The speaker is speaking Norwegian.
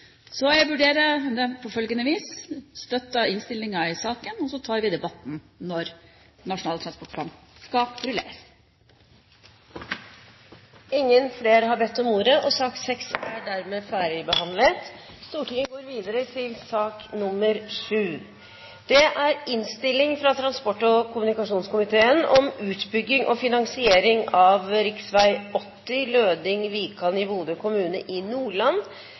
Så jeg vurderer det på følgende vis: Jeg støtter innstillingen i saken, og så tar vi debatten når Nasjonal transportplan skal rulleres. Flere har ikke bedt om ordet til sak nr. 6. Etter ønske fra transport- og kommunikasjonskomiteen vil presidenten foreslå at taletiden begrenses til 40 minutter, og fordeles med inntil 5 minutter til hvert parti og inntil 5 minutter til medlem av